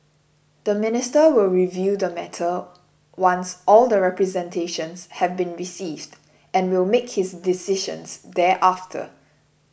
the minister will review the matter once all the representations have been received and will make his decisions thereafter